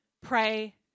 pray